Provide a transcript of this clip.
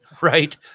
Right